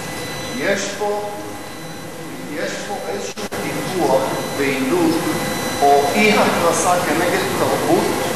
יש פה איזה טיפוח ועידוד או אי-התרסה כנגד תרבות,